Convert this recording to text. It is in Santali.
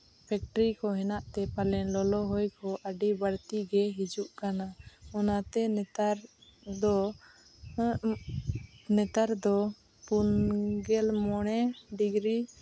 ᱯᱷᱮᱠᱴᱨᱤ ᱠᱚ ᱦᱮᱱᱟᱜ ᱛᱮ ᱯᱟᱞᱮᱱ ᱞᱚᱞᱚ ᱦᱚᱭ ᱠᱚ ᱟᱹᱰᱤ ᱵᱟᱹᱲᱛᱤ ᱜᱮ ᱦᱤᱡᱩᱜ ᱠᱟᱱᱟ ᱚᱱᱟᱛᱮ ᱱᱮᱛᱟᱨ ᱫᱚ ᱱᱮᱛᱟᱨ ᱫᱚ ᱯᱩᱱ ᱜᱮᱞ ᱢᱚᱬᱮ ᱰᱤᱜᱽᱨᱤ